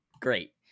great